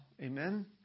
amen